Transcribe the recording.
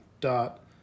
dot